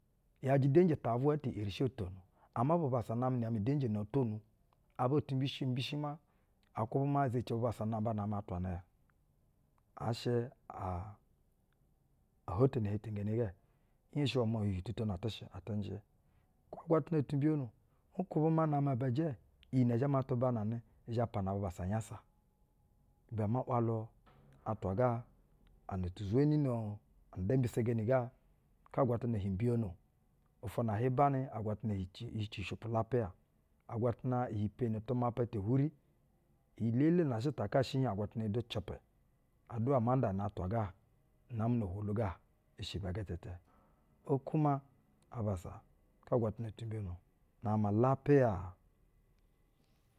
‘Yajɛ denji ta vwɛ ee te eri shi o tono, ama bubassa namɛ na-amɛ udenji na oo tonwo. Aba ti mbishi, mbishi maa a kwubɛ maa izeci bubassa namɛ atwa na aa shɛ aa o hotono hetengene ga. Nhenshi iwɛ maa uhiuhiu tu tono atɛ shɛ, atɛ njɛ. Kwo-angwatana utu mbiyono. Nkwubɛ maa na aba ijɛ, iyi nɛ matu bananɛ izhɛ pana bubassa unyasa. Ibɛ ama ‘walu atwa ga ana ti zweni nu, anda imshisegeni ga, ka agwatana ihi mbiyono ofwo na ahiɛ banɛ agwatana ihi ci, hi ci ushɛpwu lapiya. Agwatana ihi peni tumapa te hwuri, iyi-elele nɛ ishɛ utakashɛ hiŋ, agwatana du cɛpɛ. Aduwa ama ndana atwa ga namɛ no-ohwolu ga i shɛ ibɛ gɛtɛtɛ. Okwu na abassa, ka agwatana utu mbiyono. Nama ma lapiya.